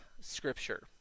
Scripture